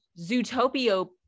zootopia